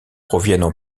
proviennent